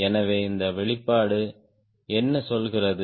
எனவே இந்த வெளிப்பாடு என்ன சொல்கிறது